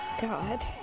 God